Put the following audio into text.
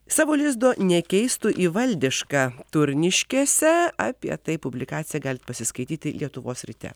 savo lizdo nekeistų į valdišką turniškėse apie tai publikaciją galit pasiskaityti lietuvos ryte